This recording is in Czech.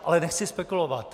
Ale nechci spekulovat.